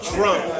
Trump